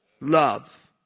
Love